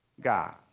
God